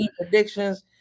predictions